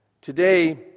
Today